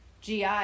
GI